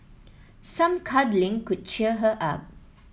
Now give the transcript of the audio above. some cuddling could cheer her up